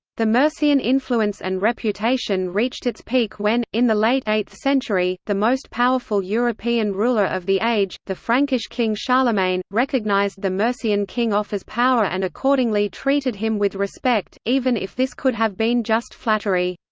the mercian influence and reputation reached its peak when, in the late eighth century, the most powerful european ruler of the age, the frankish king charlemagne, recognised the mercian king offa's power and accordingly treated him with respect, even if this could have been just flattery.